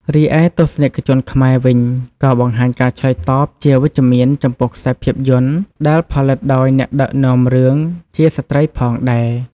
រីឯទស្សនិកជនខ្មែរវិញក៏បង្ហាញការឆ្លើយតបជាវិជ្ជមានចំពោះខ្សែភាពយន្តដែលផលិតដោយអ្នកដឹកនាំរឿងជាស្ត្រីផងដែរ។